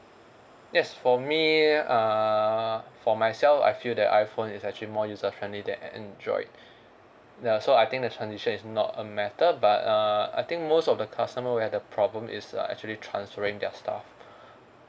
yes for me err for myself I feel that iphone is actually more user friendly than an~ android ya so I think the transition is not a matter but err I think most of the customer will have the problem is uh actually transferring their stuff